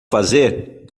fazer